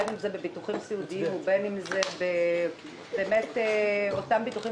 בין אם זה בביטוחים סיעודיים ובין אם זה באותם ביטוחים